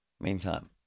meantime